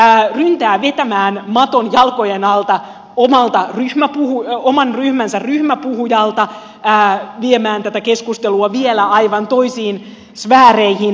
ryntää vetämään maton jalkojen alta oman ryhmänsä ryhmäpuhujalta viemään tätä keskustelua vielä aivan toisiin sfääreihin